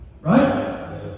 Right